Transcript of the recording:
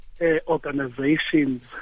organizations